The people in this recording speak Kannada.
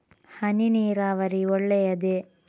ಹನಿ ನೀರಾವರಿ ಒಳ್ಳೆಯದೇ?